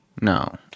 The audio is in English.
No